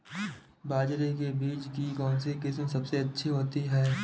बाजरे के बीज की कौनसी किस्म सबसे अच्छी होती है?